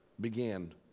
began